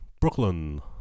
Brooklyn